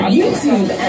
YouTube